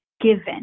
given